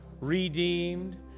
redeemed